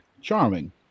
Charming